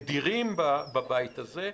נדירים בבית הזה.